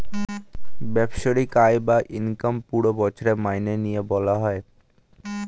বাৎসরিক আয় বা ইনকাম পুরো বছরের মাইনে নিয়ে বলা হয়